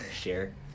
share